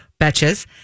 Betches